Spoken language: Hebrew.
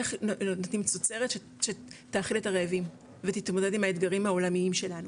איך נותנים תוצרת שתאכיל את הרעבים ותתמודד עם האתגרים העולמיים שלנו